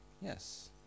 Yes